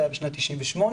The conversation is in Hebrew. זה היה בשנת 1998,